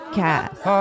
cast